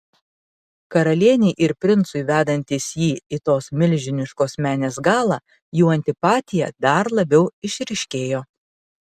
karalienei ir princui vedantis jį į tos milžiniškos menės galą jų antipatija dar labiau išryškėjo